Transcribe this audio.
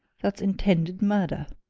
that's intended murder!